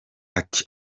ati